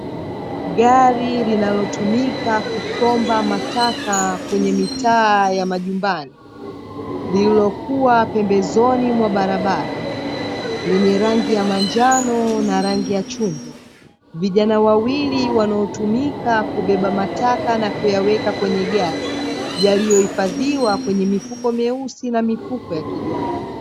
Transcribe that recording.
Gari linalotumika kusomba mataka kwenye mitaa ya majumbani, lililokuwa pembezoni mwa barabara lenye rangi ya manjano na rangi ya chungwa. Vijana wawili wanaotumika kubeba mataka na kuyaweka kwenye gari yaliyohifadhiwa kwenye mifuko meusi na mifuko ya kijani.